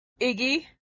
Iggy